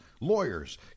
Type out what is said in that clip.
lawyers